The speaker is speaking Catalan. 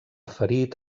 ferit